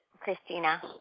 Christina